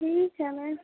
ٹھیک ہے میم